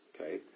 Okay